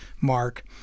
mark